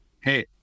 hey